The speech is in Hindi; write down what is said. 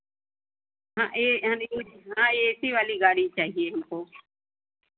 हाँ ए हाँ हाँ ए सी वाली गाड़ी चाहिए हमको